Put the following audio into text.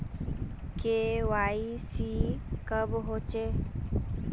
KYC कब होचे?